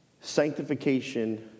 Sanctification